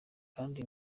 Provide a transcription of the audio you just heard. kandi